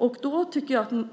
någonting.